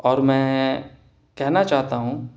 اور میں کہنا چاہتا ہوں